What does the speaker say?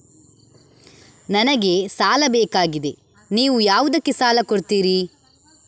ನನಗೆ ಸಾಲ ಬೇಕಾಗಿದೆ, ನೀವು ಯಾವುದಕ್ಕೆ ಸಾಲ ಕೊಡ್ತೀರಿ?